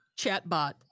chatbot